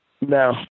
No